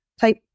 type